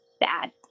bad